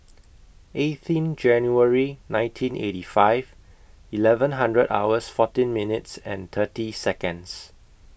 eighteenth January nineteen eighty five eleven hundred hours fourteen minutes and thirty Seconds